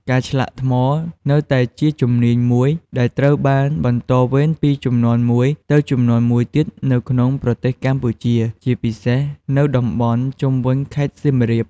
ការឆ្លាក់ថ្មនៅតែជាជំនាញមួយដែលត្រូវបានបន្តវេនពីជំនាន់មួយទៅជំនាន់មួយនៅក្នុងប្រទេសកម្ពុជា ជាពិសេសនៅតំបន់ជុំវិញខេត្តសៀមរាប។